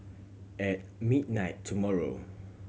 at midnight tomorrow